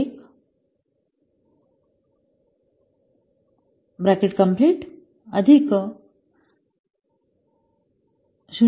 01 अधिक 0